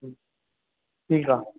ठीकु आहे